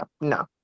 no